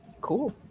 Cool